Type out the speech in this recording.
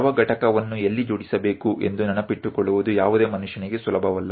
ಯಾವ ಘಟಕವನ್ನು ಎಲ್ಲಿ ಜೋಡಿಸಬೇಕು ಎಂದು ನೆನಪಿಟ್ಟುಕೊಳ್ಳುವುದು ಯಾವುದೇ ಮನುಷ್ಯನಿಗೆ ಸುಲಭವಲ್ಲ